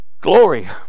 Glory